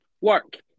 work